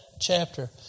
chapter